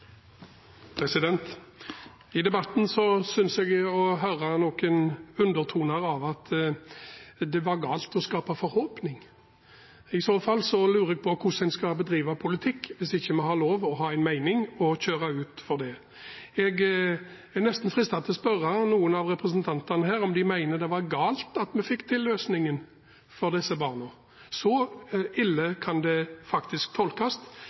I debatten synes jeg å høre noen undertoner av at det var galt å skape forhåpning. I så fall lurer jeg på hvordan en skal bedrive politikk, hvis ikke vi har lov å ha en mening og kjøre på for det. Jeg er nesten fristet til å spørre noen av representantene her om de mener det var galt at vi fikk til løsningen for disse barna. Så ille kan det faktisk